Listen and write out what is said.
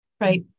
Right